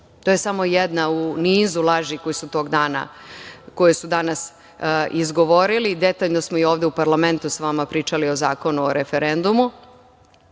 to je samo jedna u nizu laži koje su danas izgovorili. Detaljno smo i ovde u parlamentu sa vama pričali o Zakonu o referendumu,